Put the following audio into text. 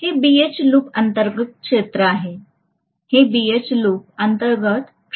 हे BH loop अंतर्गत क्षेत्र आहे हे BH लूप अंतर्गत क्षेत्र आहे